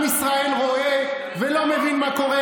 עם ישראל רואה, תתבייש,